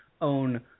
own